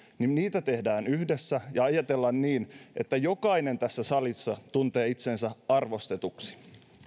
niitä tehdään yhdessä ja ajatellaan niin että jokainen tässä salissa tuntee itsensä arvostetuksi